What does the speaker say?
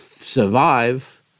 survive